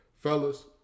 Fellas